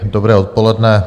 Dobré odpoledne.